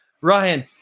Ryan